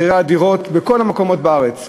מחירי הדירות בכל המקומות בארץ עולים,